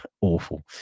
awful